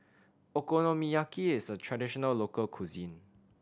okonomiyaki is a traditional local cuisine